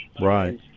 Right